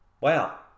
Wow